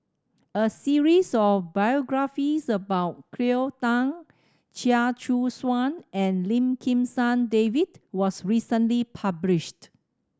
a series of biographies about Cleo Thang Chia Choo Suan and Lim Kim San David was recently published